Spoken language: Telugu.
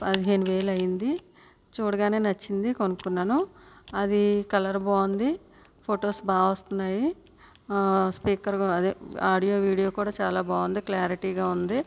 పదిహేను వేలు అయింది చూడగానే నచ్చింది కొనుక్కున్నాను అది కలర్ బాగుంది ఫొటోస్ బాగా వస్తున్నాయి స్పీకర్ అదే ఆడియో వీడియో కూడా చాలా బాగుంది క్లారిటీగా ఉంది